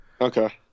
Okay